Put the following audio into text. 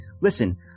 Listen